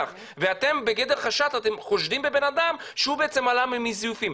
ואתם חושדים בבן אדם שהוא בעצם עלה מזיופים.